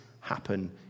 happen